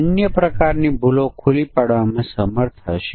તેથી સીમા મૂલ્યો શું હશે